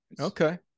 Okay